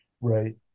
right